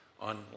on